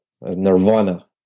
nirvana